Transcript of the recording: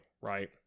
Right